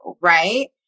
right